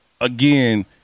again